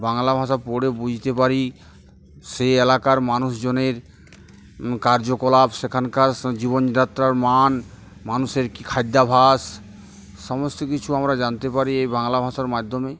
বাংলা ভাষা পড়ে বুঝতে পারি সে এলাকার মানুষজনের কার্যকলাপ সেখানকার জীবনযাত্রার মান মানুষের কী খাদ্যাভাস সমস্ত কিছু আমরা জানতে পারি এই বাংলা ভাষার মাধ্যমে